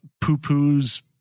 poo-poo's